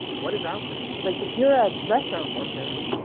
what is out there? like, if you're a restaurant worker,